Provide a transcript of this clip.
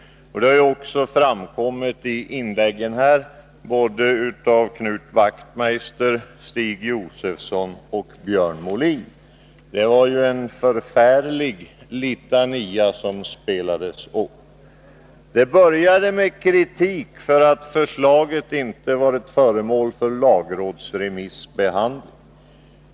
Det har också framkommit i inläggen här från Knut Wachtmeister, Stig Josefson och Björn Molin. Det var en förfärlig Det började med en kritik över att förslaget inte har varit föremål för Torsdagen den lagrådsbehandling.